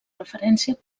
referència